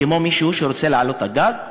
כמו מישהו שרוצה לעלות לגג,